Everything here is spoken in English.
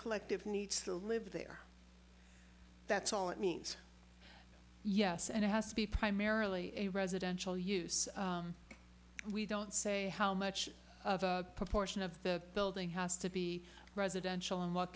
collective needs to live there that's all it means yes and it has to be primarily a residential use we don't say how much of a proportion of the building has to be residential and what